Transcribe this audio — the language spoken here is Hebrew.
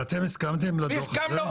ואתם הסכמתם לדוח הזה?